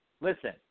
Listen